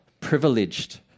privileged